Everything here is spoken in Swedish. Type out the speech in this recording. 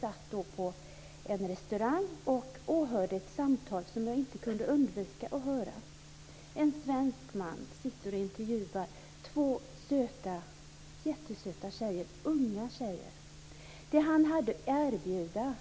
Jag satt då på en restaurang och åhörde ett samtal som jag inte kunde undvika att höra. En svensk man satt och intervjuade två unga jättesöta flickor. Det som mannen hade att erbjuda